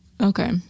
Okay